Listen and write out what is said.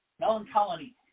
Melancholy